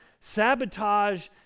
sabotage